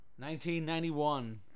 1991